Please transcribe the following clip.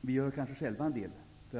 Vi gör kanske själva --